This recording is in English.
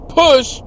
push